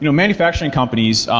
you know manufacturing companies,